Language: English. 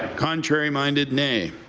contrary-minded, nay?